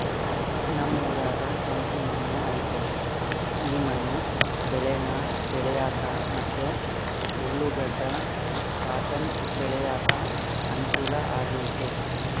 ನಮ್ ಊರಾಗ ಕೆಂಪು ಮಣ್ಣು ಐತೆ ಈ ಮಣ್ಣು ಬೇಳೇನ ಬೆಳ್ಯಾಕ ಮತ್ತೆ ಉರ್ಲುಗಡ್ಡ ಕಾಟನ್ ಬೆಳ್ಯಾಕ ಅನುಕೂಲ ಆಗೆತೆ